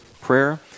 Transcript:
prayer